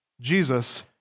Jesus